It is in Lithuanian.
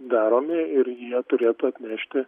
daromi ir jie turėtų atnešti